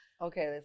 Okay